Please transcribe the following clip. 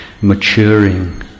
maturing